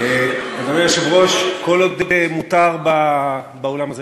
אדוני היושב-ראש, כל עוד מותר באולם הזה